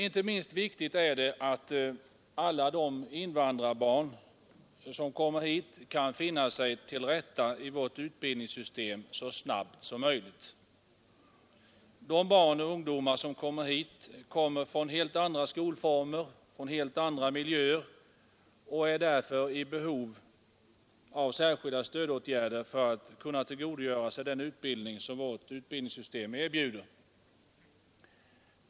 Inte minst viktigt är det att alla de invandrarbarn som kommer hit kan finna sig till rätta i vårt utbildningssystem så snabbt som möjligt. De barn och ungdomar som kommer hit kommer från helt andra skolformer och helt andra miljöer och är därför i behov av särskilda stödåtgärder för att kunna tillgodogöra sig den utbildning som vårt utbildningssystem erbjuder.